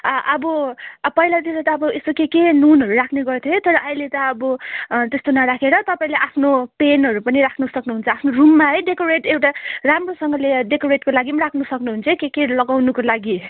आ अब पहिलातिर त अब यसो के के नुनहरू राख्ने गर्थ्यो है तर अहिले त अब त्यस्तो नराखेर तपाईँले आफ्नो पेनहरू पनि राख्नु सक्नु हुन्छ आफ्नो रुममा है डेकोरेट एउटा राम्रोसँगले डेकोरेटको लागि पनि राख्नु सक्नुहुन्छ है के केहरू लगाउनुको लागि